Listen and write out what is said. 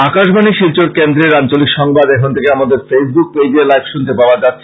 আকাশবাণী শিলচর কেন্দ্রের আঞ্চলিক সংবাদ এখন থেকে আমাদের ফেইসবুক পেজে লাইভ শুনতে পাওয়া যাচ্ছে